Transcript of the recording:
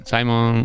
Simon